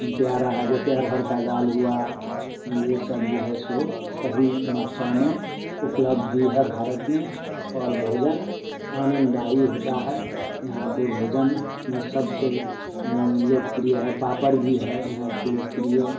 प्यारा है जैसे अरहर का दाल हुआ ये सब जो है सो सही मात्रा में उपलब्ध भी है भारत में और भोजन आनंददाई होता है यहाँ पे भोजन में सबसे लोकप्रिय है पापड़ भी है यहाँ का लोकप्रिय